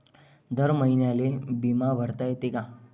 दर महिन्याले बिमा भरता येते का?